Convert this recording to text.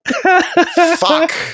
Fuck